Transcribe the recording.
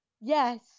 Yes